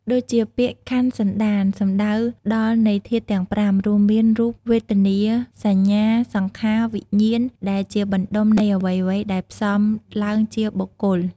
ដូចជា ពាក្យខន្ធសន្តាន សំដៅដល់នៃធាតុទាំង៥ រួមមាន រូប វេទនា សញ្ញា សង្ខារ វិញ្ញាណ ដែលជាបណ្តុំនៃអ្វីៗដែលផ្សំឡើងជាបុគ្គល។